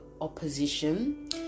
opposition